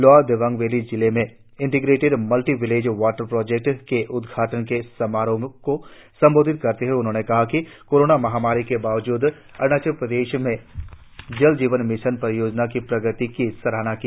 lower Dibang valley जिले में integrated multi village water project के उद्घाटन के समारोह को संबोधित करते हए उन्होंने कहा कि कोरोना महामारी के बावजूद अरुणाचल प्रदेश में जल जीवन मिशन परियोजना की प्रगति की सराहना की